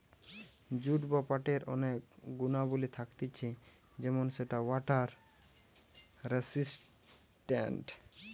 jute বা পাটের অনেক গুণাবলী থাকতিছে যেমন সেটা ওয়াটার রেসিস্টেন্ট